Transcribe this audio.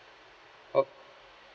o~